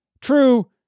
True